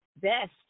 best